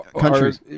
countries